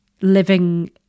living